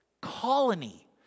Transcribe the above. colony